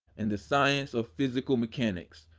in the science of physical mechanics,